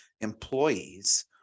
employees